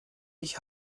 ich